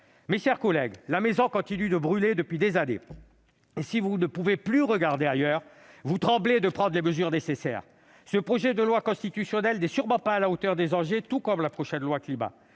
Mes chers collègues, la maison continue de brûler depuis des années. Si vous ne pouvez plus regarder ailleurs, vous tremblez de prendre les mesures nécessaires ! Ce projet de loi constitutionnelle n'est sûrement pas à la hauteur des enjeux, tout comme le prochain projet de loi Climat.